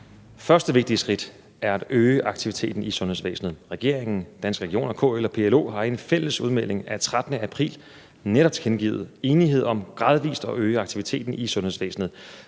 Første vigtige skridt er at øge aktiviteten i sundhedsvæsenet. Regeringen, Danske Regioner og KL og PLO har i en fælles udmelding af 13. april netop tilkendegivet enighed om gradvist at øge aktiviteten i sundhedsvæsenet,